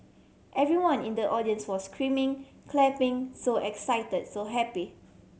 everyone in the audience was screaming clapping so excited so happy